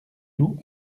doux